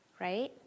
right